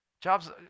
Jobs